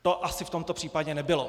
To asi v tomto případě nebylo.